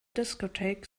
discotheque